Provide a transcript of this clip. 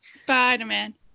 Spider-Man